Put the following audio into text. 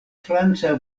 franca